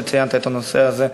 שציינת את הנושא הזה,